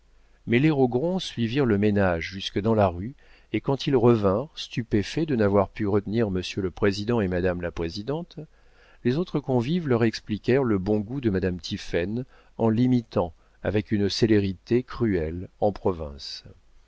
mais les rogron suivirent le ménage jusque dans la rue et quand ils revinrent stupéfaits de n'avoir pu retenir monsieur le président et madame la présidente les autres convives leur expliquèrent le bon goût de madame tiphaine en l'imitant avec une célérité cruelle en province